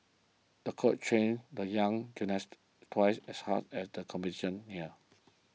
the coach trained the young gymnast twice as hard as the competition neared